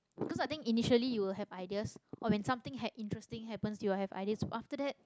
cause I think initially you will have ideas or when something ha~ interesting happens you will have ideas but after that